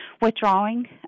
withdrawing